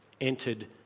entered